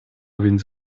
więc